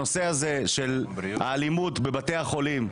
הנושא של האלימות בבתי החולים,